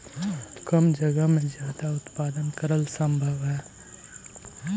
कम जगह में ज्यादा उत्पादन करल सम्भव हई